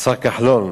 השר כחלון,